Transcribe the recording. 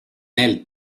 nel